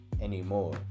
anymore